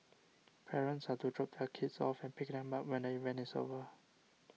parents are to drop their kids off and pick them up when the event is over